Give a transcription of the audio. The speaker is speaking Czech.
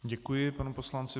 Děkuji panu poslanci.